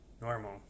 Normal